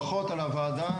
ברכות על הוועדה,